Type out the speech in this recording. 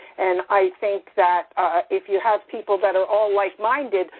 and i think that if you have people that are all like-minded,